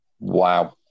Wow